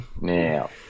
Now